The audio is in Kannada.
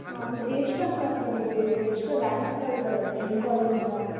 ಹಾಂ ಸರ್ ಎಷ್ಟು ಅಂಕ ಪಡೀಬೋದು ಸರ್ ಎಷ್ಟು ರ್ಯಾಂಕ್ಗಳು ಬರುತ್ತೆ ನಿಮ್ಮ ಕಾಲೇಜಿಂದ